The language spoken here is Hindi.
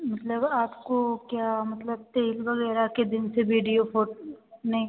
मतलब आपको क्या मतलब तेल वग़ैरह के दिन से वीडियो फोट नहीं